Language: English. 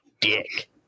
dick